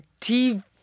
tv